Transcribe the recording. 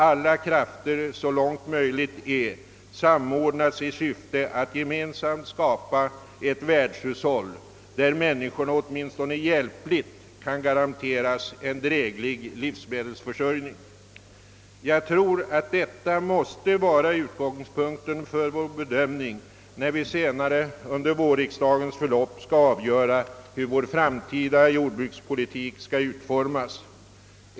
Alla krafter måste, så långt möjligt är, samordnas i syfte att skapa ett världshushåll, där människorna åtminstone hjälpligt kan garanteras en dräglig livsmedelsförsörjning. Jag tror att detta måste vara utgångspunkten för vår bedömning när vi senare under vårriksdagen skall avgöra hur vår framtida jordbrukspolitik skall utformas.